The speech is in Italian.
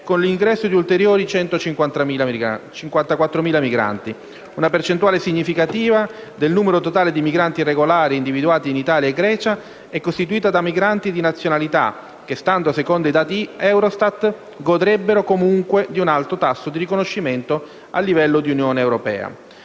con l'ingresso di ulteriori 154.000 migranti. Una percentuale significativa del numero totale di migranti irregolari individuati in Italia e Grecia è costituita da migranti di nazionalità che, stando ai dati Eurostat, godrebbero comunque di un alto tasso di riconoscimento a livello di Unione.